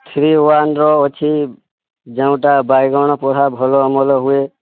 three one ର ଅଛି ଯେଉଁଟା ବାଇଗଣ ପୁରା ଭଲ ଅମଳ ହୁଏ